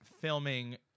filming